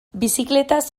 bizikletaz